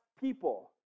people